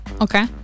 Okay